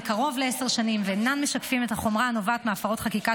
קרוב לעשר שנים ואינם משקפים את החומרה הנובעת מהפרות חקיקה